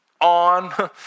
on